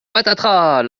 patatras